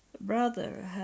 brother